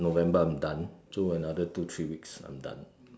November I'm done so another two three weeks I'm done